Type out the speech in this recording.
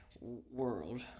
world